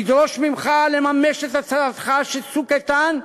נדרוש ממך לממש את הצהרתך ש"צוק איתן"